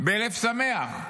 בלב שמח,